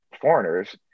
foreigners